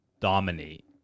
dominate